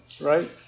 right